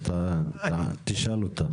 אז תשאל אותה.